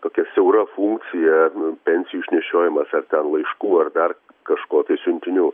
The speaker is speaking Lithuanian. tokia siaura funkcija pensijų išnešiojimas ar ten laiškų ar dar kažko tai siuntinių